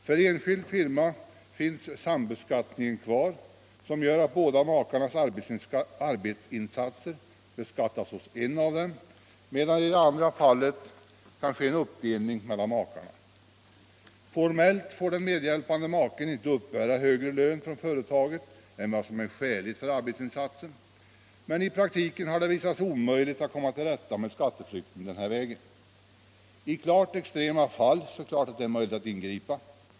För enskild — ning firma finns sambeskattningen kvar, som gör att båda makarnas arbetsinsatser beskattas hos en av dem, medan det i det andra fallet kan ske en uppdelning mellan makarna. Formellt får den medhjälpande maken inte uppbära högre lön från företaget än som är skäligt för arbetsinsatsen. Men i praktiken har det visat sig omöjligt att komma till rätta med skatteflykten den vägen. I klart extrema fall är det givetvis möjligt att ingripa.